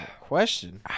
Question